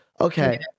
okay